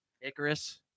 Icarus